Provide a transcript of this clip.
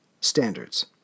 standards